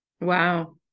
wow